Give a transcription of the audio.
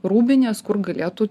rūbinės kur galėtų